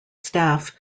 staff